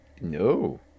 No